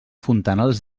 fontanals